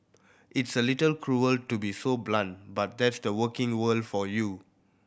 it's a little cruel to be so blunt but that's the working world for you